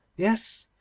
yes,